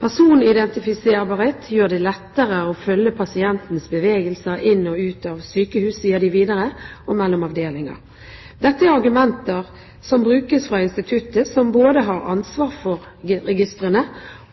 Personidentifiserbarhet gjør det lettere å følge pasientens bevegelser inn og ut av sykehus, sier de videre, og mellom avdelinger. Dette er argumenter som brukes fra instituttet som både har ansvar for registrene